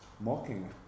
mocking